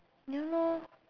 ya lor